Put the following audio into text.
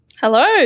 Hello